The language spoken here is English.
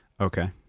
Okay